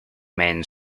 men